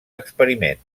experiment